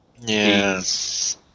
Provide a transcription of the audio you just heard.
Yes